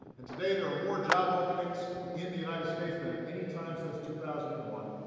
and today there are more job openings in the united states than at any time since two thousand and one.